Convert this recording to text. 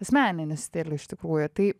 asmeninį stilių iš tikrųjų tai